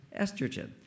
estrogen